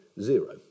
zero